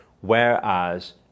Whereas